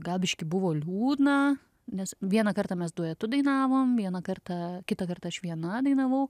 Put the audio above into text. gal biškį buvo liūdna nes vieną kartą mes duetu dainavom vieną kartą kitą kartą aš viena dainavau